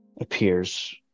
appears